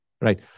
right